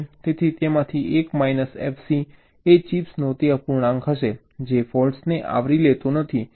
તેથી તેમાંથી 1 minus FC એ ચિપ્સનો તે અપૂર્ણાંક હશે જે ફૉલ્ટ્સને આવરી લેતો નથી